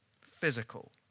physical